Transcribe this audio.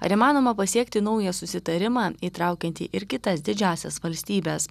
ar įmanoma pasiekti naują susitarimą įtraukiantį ir kitas didžiąsias valstybes